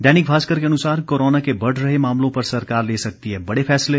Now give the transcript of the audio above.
दैनिक भास्कर को अनुसार कोरोना के बढ़ रहे मामलों पर सरकार ले सकती है बड़े फैसले